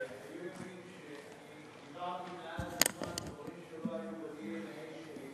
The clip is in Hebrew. אמרתי לו שאומרים לי שאני דיברתי אז על דברים שלא היו בדנ"א שלי,